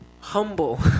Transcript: humble